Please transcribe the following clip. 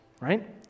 right